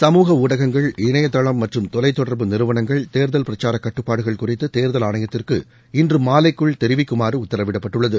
சமூக ஊடகங்கள் இணையதளம் மற்றும் தொலை தொடர்பு நிறுவனங்கள் தேர்தல் பிரச்சார கட்டுப்பாடுகள் குறித்து தேர்தல் ஆணையத்திற்கு இன்று மாலைக்குள் தெரவிக்குமாறு உத்தரவிடப்பட்டுள்ளது